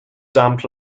damp